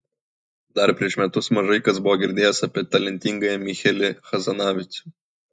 dar prieš metus mažai kas buvo girdėjęs apie talentingąjį michelį hazanavicių